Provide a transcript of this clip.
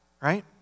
right